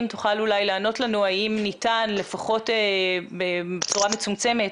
תוכל אולי לענות לנו האם ניתן לפחות בצורה מצומצמת,